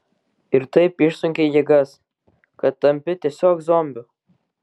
ir taip išsunkia jėgas kad tampi tiesiog zombiu